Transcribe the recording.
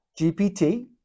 GPT